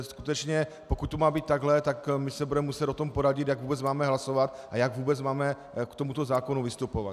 Skutečně pokud to má být takhle, tak my se budeme muset o tom poradit, jak vůbec máme hlasovat a jak vůbec máme k tomuto zákonu vystupovat.